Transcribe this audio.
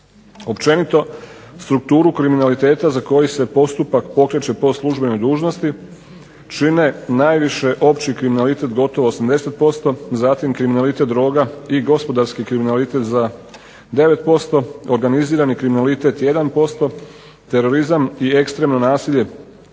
Općenito strukturu kriminaliteta za koju se postupak pokreće po službenoj dužnosti čine najviše opći kriminalitet gotovo 80%, zatim kriminalitet droga i gospodarski kriminalitet za 9%, organizirani kriminalitet 1%, terorizam i ekstremno nasilje